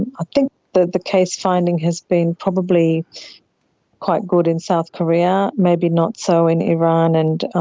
and i think the the case finding has been probably quite good in south korea, maybe not so in iran, and